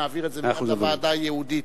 נעביר את זה מייד לוועדה הייעודית.